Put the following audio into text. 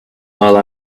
while